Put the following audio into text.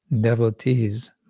devotees